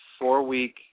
four-week